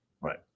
Right